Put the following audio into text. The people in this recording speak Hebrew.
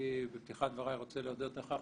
אני בפתיחת דבריי רוצה להודות לך,